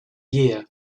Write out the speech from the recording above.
year